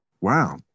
Wow